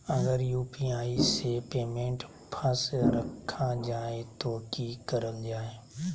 अगर यू.पी.आई से पेमेंट फस रखा जाए तो की करल जाए?